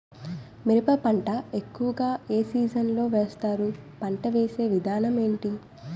మిరప పంట ఎక్కువుగా ఏ సీజన్ లో వేస్తారు? పంట వేసే విధానం ఎంటి?